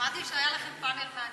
שמעתי שהיה לכם פאנל מעניין.